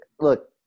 Look